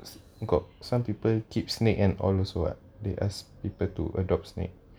it's got some people keep snake and all also [what] they ask people to adopt snake